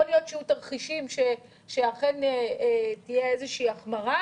יכול להיות שיהיו תרחישים שאכן תהיה איזה שהיא החמרה,